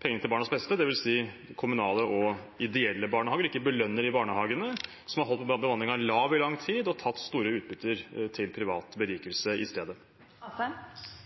penger til barnas beste, det vil si kommunale og ideelle barnehager, og ikke belønner de barnehagene som har holdt bemanningen lav i lang tid, og har tatt store utbytter til privat berikelse i